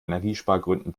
energiespargründen